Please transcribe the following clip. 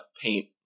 paint